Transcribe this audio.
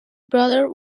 brother